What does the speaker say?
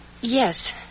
Yes